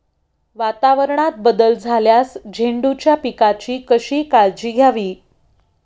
वातावरणात बदल झाल्यास झेंडूच्या पिकाची कशी काळजी घ्यावी?